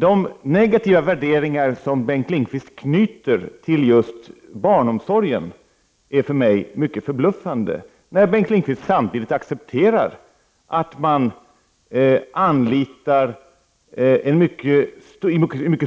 De negativa värderingar som Bengt Lindqvist knyter till just barnomsorgen är för mig mycket förbluffande med tanke på att Bengt Lindqvist samtidigt accepterar att man i mycket